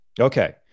Okay